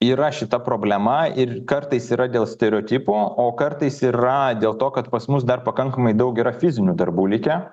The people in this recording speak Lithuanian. yra šita problema ir kartais yra dėl stereotipo o kartais yra dėl to kad pas mus dar pakankamai daug yra fizinių darbų likę